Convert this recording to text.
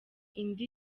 indi